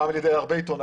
פעם על ידי הרבה עיתונאים,